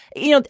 you know,